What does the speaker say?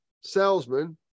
salesman